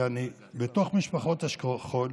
כי אני בתוך משפחת השכול,